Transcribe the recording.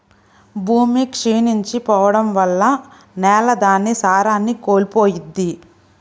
భూమి క్షీణించి పోడం వల్ల నేల దాని సారాన్ని కోల్పోయిద్ది